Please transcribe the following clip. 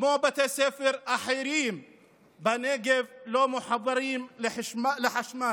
כמו בתי ספר אחרים בנגב, לא מחובר לחשמל,